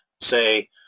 say